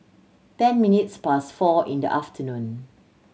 ten minutes past four in the afternoon